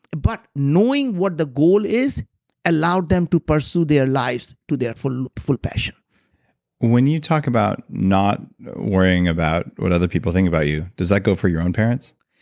but knowing what the goal is allowed them to pursue their lives to their full full passion when you talk about not worrying about what other people think about you, does that go for your own parents?